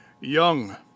Young